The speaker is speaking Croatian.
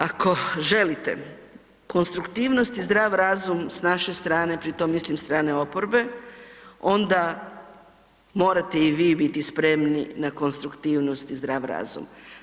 Ako želite konstruktivnost i zdrav razum s naše strane, pri tom mislim strane oporbe, onda morate i vi biti spremni na konstruktivnost i zdrav razum.